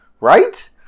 right